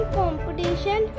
competition